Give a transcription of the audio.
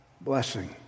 blessing